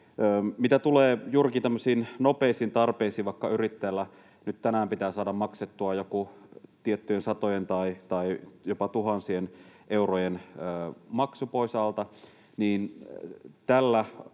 Mitä tulee juurikin tämmöisiin nopeisiin tarpeisiin vaikka yrittäjällä, että nyt tänään pitää saada maksettua joku tietty satojen tai jopa tuhansien eurojen maksu pois alta, niin tällä